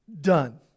done